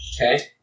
Okay